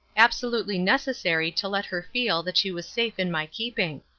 absolutely necessary to let her feel that she was safe in my keeping.